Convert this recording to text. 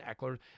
Eckler